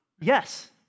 Yes